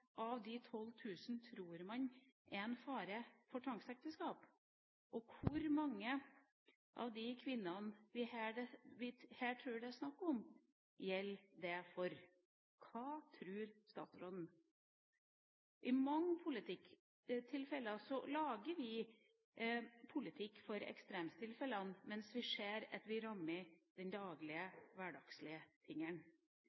av de 12 000 tror man det er en fare for tvangsekteskap? Hvor mange av de kvinnene vi her tror det er snakk om, gjelder det for? Hva tror statsråden? I mange tilfeller lager vi politikk for ekstremtilfellene, mens vi ser at vi rammer